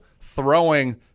throwing